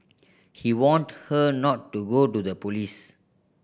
he warned her not to go to the police